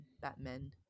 Batman